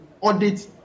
audit